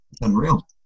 unreal